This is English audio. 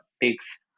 takes